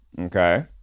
Okay